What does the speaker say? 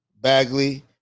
Bagley